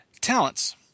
Talents